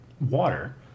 water